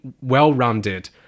well-rounded